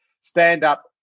stand-up